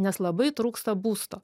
nes labai trūksta būsto